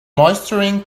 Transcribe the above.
moisturising